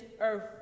earth